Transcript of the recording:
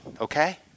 okay